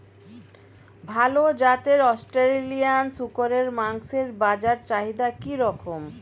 ভাল জাতের অস্ট্রেলিয়ান শূকরের মাংসের বাজার চাহিদা কি রকম?